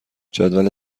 جدول